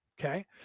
Okay